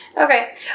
Okay